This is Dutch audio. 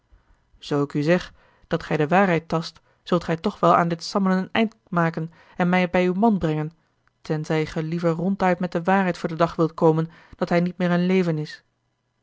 zoo ik u zeg dat gij de waarheid tast zult gij toch wel aan dit sammelen een eind maken en mij bij uw man brengen tenzij ge liever ronduit met de waarheid voor den dag wilt komen dat hij niet meer in leven is